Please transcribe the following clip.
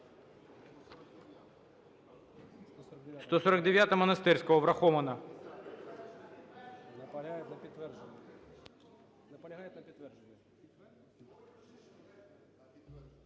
149-а Монастирського врахована.